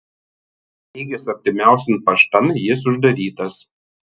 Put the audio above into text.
bėgęs artimiausian paštan jis uždarytas